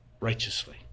righteously